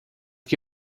que